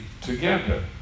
together